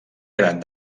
gran